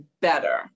better